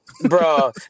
Bro